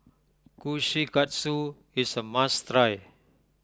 Kushikatsu is a must try